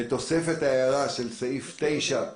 בתוספת ההערה של סעיף 9,